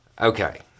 Okay